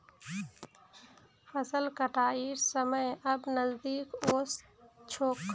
फसल कटाइर समय अब नजदीक ओस छोक